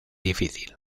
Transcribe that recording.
difícil